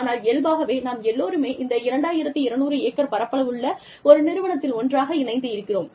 ஆனால் இயல்பாகவே நாம் எல்லோரும் இந்த 2200 ஏக்கர் பரப்பளவுள்ள ஒரு நிறுவனத்தில் ஒன்றாக இணைந்து இருக்கிறோம்